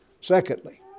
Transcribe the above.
Secondly